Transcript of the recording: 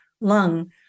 lung